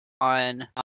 on